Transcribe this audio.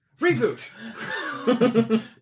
reboot